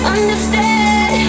Understand